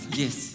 yes